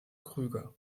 krüger